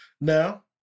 now